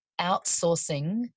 outsourcing